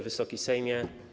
Wysoki Sejmie!